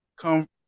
come